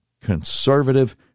conservative